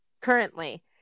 Currently